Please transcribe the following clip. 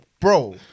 Bro